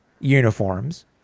uniforms